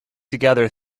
together